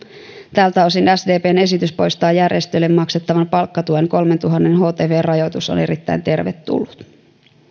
tältä osin sdpn esitys poistaa järjestöille maksettavan palkkatuen kolmetuhatta htvn rajoitus on erittäin tervetullut